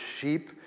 sheep